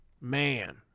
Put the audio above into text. Man